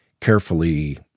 carefully